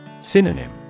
Synonym